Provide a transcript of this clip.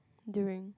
during